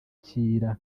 bakira